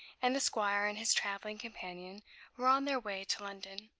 and the squire and his traveling companion were on their way to london.